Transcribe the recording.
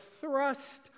thrust